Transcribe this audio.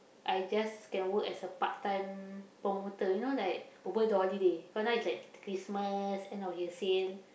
I just can work as a part-time promoter you know like over the holiday because now it's like Christmas end of year sale